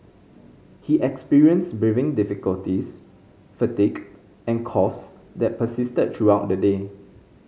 he experienced breathing difficulties fatigue and coughs that persisted throughout the day